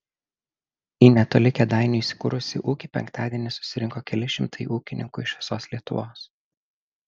į netoli kėdainių įsikūrusį ūkį penktadienį susirinko keli šimtai ūkininkų iš visos lietuvos